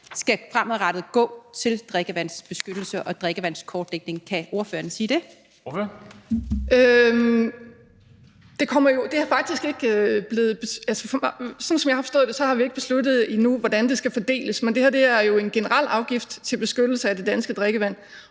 skal fremadrettet gå til drikkevandsbeskyttelse og drikkevandskortlægning? Kan ordføreren sige det? Kl. 11:10 Formanden (Henrik Dam Kristensen): Ordføreren. Kl. 11:10 Kathrine Olldag (RV): Sådan som jeg har forstået det, har vi ikke besluttet endnu, hvordan det skal fordeles. Men det her er jo en generel afgift til beskyttelse af det danske drikkevand,